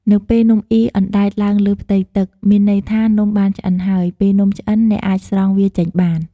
នៅពេលនំអុីអណ្តែតឡើងលើផ្ទៃទឹក មានន័យថានំបានឆ្អិនហើយ ពេលនំឆ្អិន អ្នកអាចស្រង់វាចេញបាន។